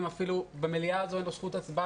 אפילו במליאה הזו אין לכוח לעובדים זכות הצבעה.